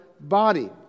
body